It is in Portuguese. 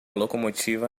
locomotiva